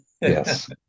yes